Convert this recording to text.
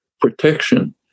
protection